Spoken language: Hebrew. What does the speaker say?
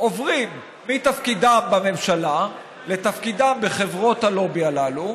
עוברים מתפקידם בממשלה לתפקידם בחברות הלובי הללו,